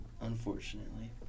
Unfortunately